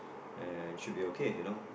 ya it should be okay you know